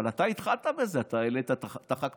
אבל אתה התחלת בזה: אתה העלית את החד-פעמי,